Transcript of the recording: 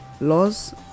laws